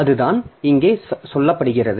அதுதான் இங்கே சொல்லப்படுகிறது